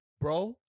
bro